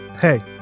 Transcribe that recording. Hey